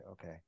okay